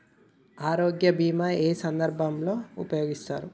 ఆరోగ్య బీమా ఏ ఏ సందర్భంలో ఉపయోగిస్తారు?